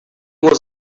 was